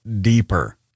deeper